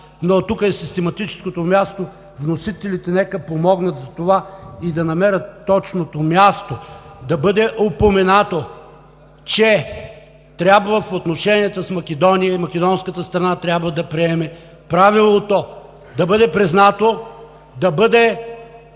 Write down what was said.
но тук е систематическото място, вносителите нека помогнат за това и да намерят точното място, да бъде упоменато, че трябва в отношенията с Македония – и македонската страна трябва да приеме правилото да бъде признато, да бъде